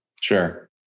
Sure